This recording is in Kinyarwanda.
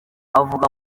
avuga